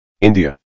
India